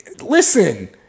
Listen